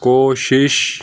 ਕੋਸ਼ਿਸ਼